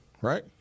right